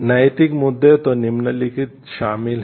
नैतिक मुद्दे तो निम्नलिखित शामिल हैं